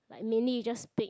like mainly you just take